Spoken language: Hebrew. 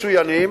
מצוינים,